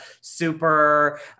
super